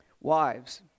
Wives